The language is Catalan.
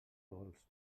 vols